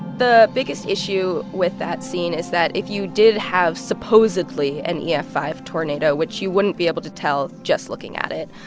the biggest issue with that scene is that if you did have, supposedly, an e f five tornado, which you wouldn't be able to tell just looking at it,